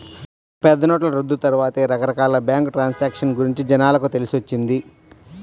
పెద్దనోట్ల రద్దు తర్వాతే రకరకాల బ్యేంకు ట్రాన్సాక్షన్ గురించి జనాలకు తెలిసొచ్చింది